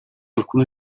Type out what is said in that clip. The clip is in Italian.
alcune